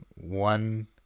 one